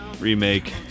remake